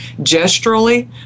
gesturally